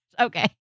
Okay